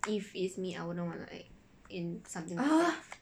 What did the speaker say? if it's me I wouldn't wanna act in something like that